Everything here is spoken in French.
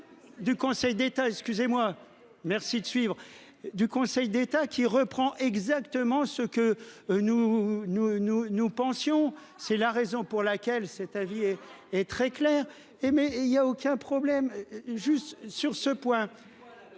Du Conseil d'État, excusez-moi. Merci de suivre du Conseil d'État qui reprend exactement ce que nous nous nous nous pensions. C'est la raison pour laquelle cet avis et est très clair et mais il y a aucun problème. Juste sur ce point.